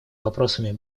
вопросами